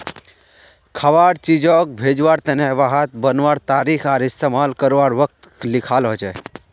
खवार चीजोग भेज्वार तने वहात बनवार तारीख आर इस्तेमाल कारवार वक़्त लिखाल होचे